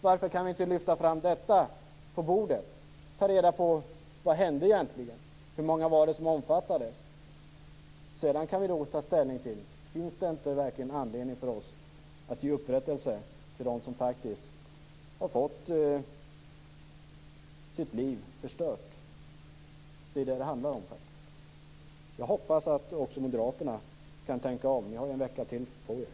Varför kan vi inte lyfta fram detta på bordet och ta reda på vad som egentligen hände och ta reda på hur många som omfattades av detta? Sedan kan vi ta ställning till om det verkligen inte finns anledning för oss att ge upprättelse till dem som faktiskt har fått sina liv förstörda. Det är faktiskt detta som det handlar om. Jag hoppas att också Moderaterna kan tänka om. De har ju en vecka till på sig.